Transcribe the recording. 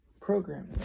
programming